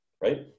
right